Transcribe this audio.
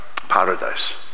paradise